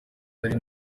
nari